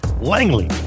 Langley